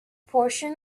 portion